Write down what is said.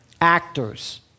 Actors